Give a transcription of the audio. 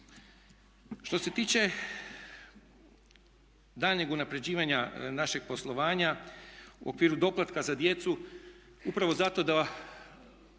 Što se tiče daljnjeg unaprjeđivanja našeg poslovanja u okviru doplatka za djecu upravo zato da